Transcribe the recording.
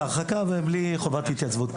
זה הרחקה בלי חובת התייצבות.